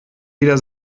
wieder